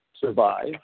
survive